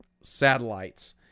satellites